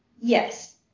Yes